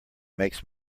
makes